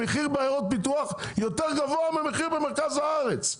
המחיר בעיירות פיתוח יותר גבוה מהמחיר במרכז הארץ,